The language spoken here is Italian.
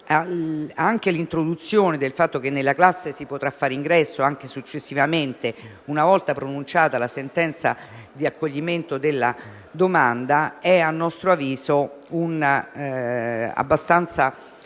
anche l'introduzione della previsione per cui nell'azione di classe si potrà fare ingresso anche successivamente, una volta pronunciata la sentenza di accoglimento della domanda, è a nostro avviso abbastanza importante.